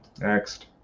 Next